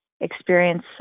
experience